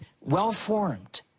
well-formed